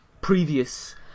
previous